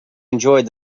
enjoyed